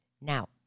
Now